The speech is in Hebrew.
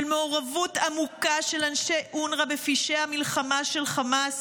מעורבות עמוקה של אנשי אונר"א בפשעי מלחמה של חמאס,